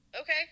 okay